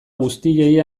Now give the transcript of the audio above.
guztiei